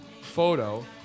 photo